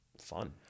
fun